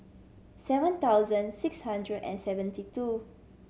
seven thousand six hundred and seventy two